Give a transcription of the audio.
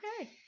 Okay